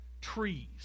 trees